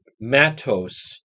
Matos